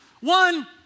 One